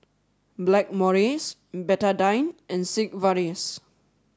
Blackmores Betadine and Sigvaris